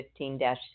15